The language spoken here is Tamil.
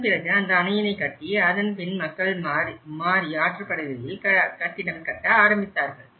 அதன்பிறகு இந்த அணையினை கட்டி அதன்பின் மக்கள் மாறி ஆற்றுப்படுகையில் கட்டிடம் கட்ட ஆரம்பித்தார்கள்